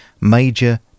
major